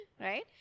right